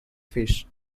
fish